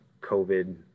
COVID